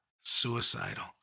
suicidal